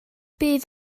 bydd